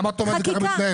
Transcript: למה את אומרת שזה ככה מתנהל?